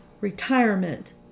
retirement